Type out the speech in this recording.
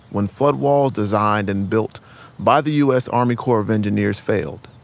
when flood walls designed and built by the u s. army corps of engineers failed,